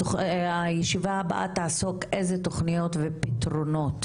הישיבה הבאה תעסוק באילו תוכניות ופתרונות,